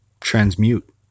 transmute